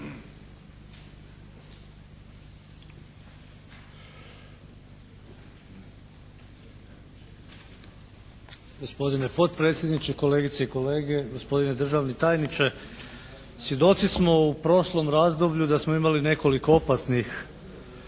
Gospodine potpredsjedniče, kolegice i kolege, gospodine državni tajniče. Svjedoci smo u prošlom razdoblju da smo imali nekoliko opasnih